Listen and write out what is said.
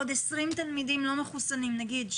עוד 20 תלמידים לא מחוסנים נגיד,